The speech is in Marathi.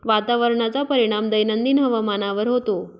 वातावरणाचा परिणाम दैनंदिन हवामानावर होतो